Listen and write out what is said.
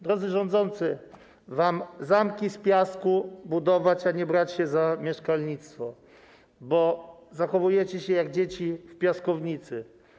Drodzy rządzący, wam zamki z piasku budować, a nie brać się za mieszkalnictwo, bo zachowujecie się jak dzieci w piaskownicy.